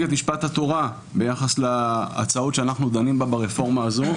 את משפט התורה ביחס להצעות שאנחנו דנים בהן ברפורמה הזאת,